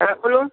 হ্যাঁ বলুন